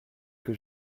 que